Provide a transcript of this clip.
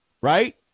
Right